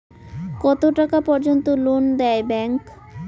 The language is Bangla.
কত টাকা পর্যন্ত লোন দেয় ব্যাংক?